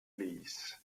ließ